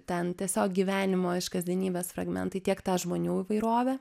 ten tiesiog gyvenimo iš kasdienybės fragmentai tiek žmonių įvairovė